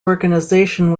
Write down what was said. organization